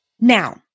Now